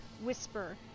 whisper